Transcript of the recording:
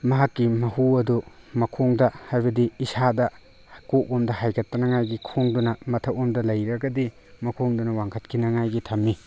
ꯃꯍꯥꯛꯀꯤ ꯃꯍꯨ ꯑꯗꯨ ꯃꯈꯣꯡꯗ ꯍꯥꯏꯕꯗꯤ ꯏꯁꯥꯗ ꯀꯣꯛ ꯂꯣꯝꯗ ꯍꯥꯏꯒꯠꯇꯅꯉꯥꯏꯒꯤ ꯈꯣꯡꯗꯨꯅ ꯃꯊꯛ ꯂꯣꯝꯗ ꯂꯩꯔꯒꯗꯤ ꯃꯈꯣꯡꯗꯨꯅ ꯋꯥꯡꯈꯠꯈꯤꯅꯤꯉꯥꯏꯒꯤ ꯊꯝꯃꯤ